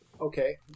Okay